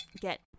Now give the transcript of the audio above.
get